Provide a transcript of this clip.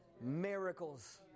Miracles